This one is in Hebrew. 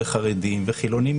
חרדים וחילונים,